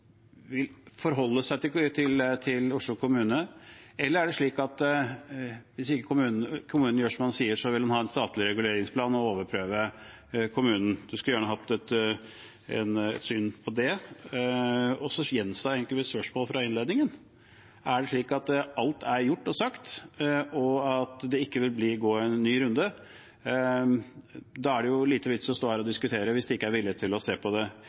vil forholde seg til Oslo kommune? Eller hvis ikke kommunen gjør som han sier, så vil han ha en statlig reguleringsplan og overprøve kommunen? Jeg skulle gjerne hatt et syn på det. Jeg gjentar spørsmålet fra innledningen: Er det slik at alt er gjort og sagt, og at det ikke vil bli gått en ny runde? Da er det jo liten vits i å stå her og diskutere, hvis det ikke er vilje til å se på det